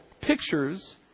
pictures